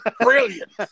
brilliant